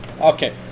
Okay